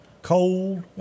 Cold